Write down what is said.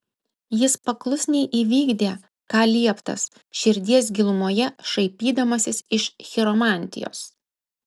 jis paklusniai įvykdė ką lieptas širdies gilumoje šaipydamasis iš chiromantijos